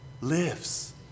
lives